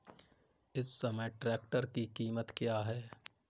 इस समय ट्रैक्टर की कीमत क्या है?